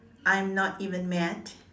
I'm not even mad